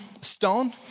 stone